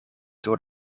door